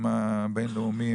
עם הבינלאומי,